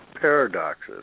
paradoxes